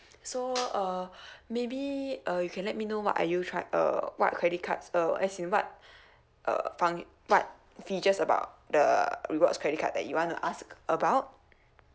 so uh maybe uh you can let me know what are you tri~ uh what credit cards uh as in what uh func~ what features about the rewards credit card that you want to ask about